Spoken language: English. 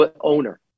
owner